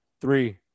Three